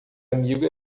amigo